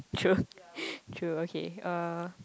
true true okay uh